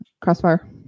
Crossfire